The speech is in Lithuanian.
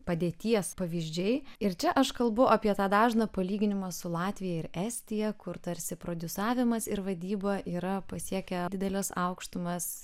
padėties pavyzdžiai ir čia aš kalbu apie tą dažną palyginimą su latvija ir estija kur tarsi prodiusavimas ir vadyba yra pasiekę dideles aukštumas